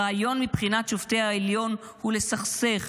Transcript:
הרעיון מבחינת שופטי העליון הוא לסכסך,